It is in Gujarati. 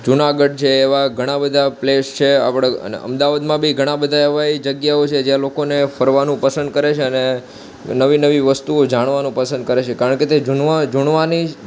જુનાગઢ છે એવા ઘણાં બધા પ્લેસ છે આપણે અને અમદાવાદમાં બી ઘણાં બધા એવા એ જગ્યાઓ છે જ્યાં લોકોને ફરવાનું પસંદ કરે છે અને નવી નવી વસ્તુઓ જાણવાનું પસંદ કરે છે કારણ કે જુનવાણી જ